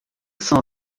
cent